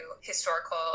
historical